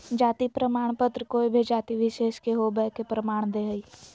जाति प्रमाण पत्र कोय भी जाति विशेष के होवय के प्रमाण दे हइ